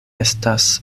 estas